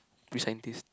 which scientist